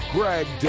Greg